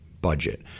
budget